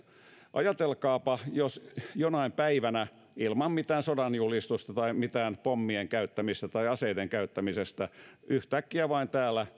ajatelkaapa jos jonain päivänä ilman mitään sodanjulistusta tai mitään pommien käyttämistä tai aseiden käyttämistä yhtäkkiä täällä